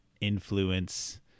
influence